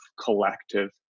collective